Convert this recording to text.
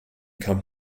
come